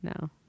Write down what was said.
No